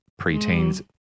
preteens